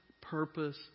purpose